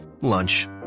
Lunch